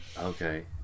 okay